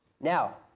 Now